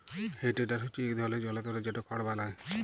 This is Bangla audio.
হে টেডার হচ্যে ইক ধরলের জলতর যেট খড় বলায়